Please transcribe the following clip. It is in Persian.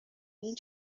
این